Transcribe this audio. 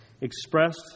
expressed